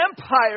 Empire